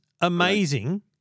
amazing